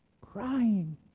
Crying